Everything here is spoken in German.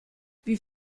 wie